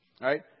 right